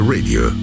Radio